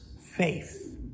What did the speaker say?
faith